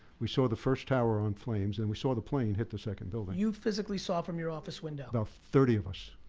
we saw the first tower on flames. and we saw the plane hit the second building. you physically saw, from your office window? about thirty of us.